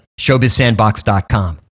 showbizsandbox.com